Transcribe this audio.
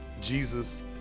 Jesus